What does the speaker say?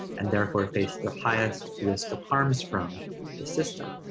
and therefore face the highest risk of harms from the system.